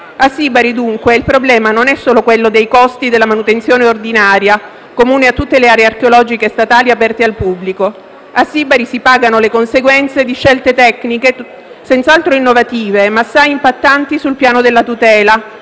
A Sibari, dunque, il problema non è solo quello dei costi della manutenzione ordinaria, comune a tutte le aree archeologiche statali aperte al pubblico. A Sibari si pagano le conseguenze di scelte tecniche senz'altro innovative, ma assai impattanti sul piano della tutela,